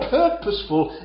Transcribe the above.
purposeful